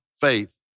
faith